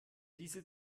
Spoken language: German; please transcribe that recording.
diese